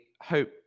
hope